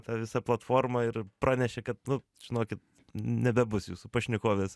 tą visą platformą ir pranešė kad nu žinokit nebebus jūsų pašnekovės